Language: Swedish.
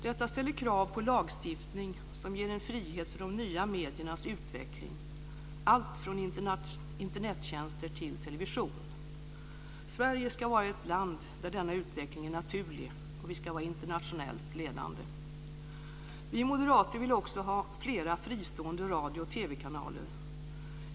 Detta ställer krav på lagstiftning som ger en frihet för de nya mediernas utveckling alltifrån Internettjänster till television. Sverige ska vara ett land där denna utveckling är naturlig och vi ska vara internationellt ledande. Vi moderater vill också ha flera fristående radiooch TV-kanaler.